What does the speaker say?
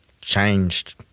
changed